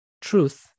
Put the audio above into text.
truth